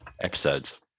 Episodes